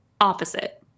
opposite